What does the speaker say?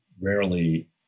rarely